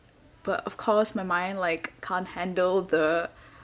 but of course my mind like can't handle the